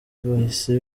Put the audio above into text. bahise